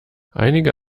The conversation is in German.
einige